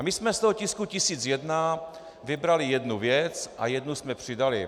My jsme z toho tisku 1001 vybrali jednu věc a jednu jsme přidali.